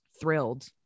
thrilled